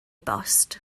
bost